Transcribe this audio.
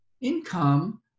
income